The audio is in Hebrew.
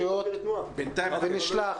בינתיים לא רואים בפועל.